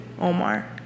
Omar